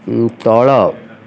ତଳ